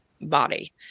body